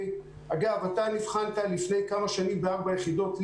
אתה נבחנת לפני כמה שנים ב-4 יחידות.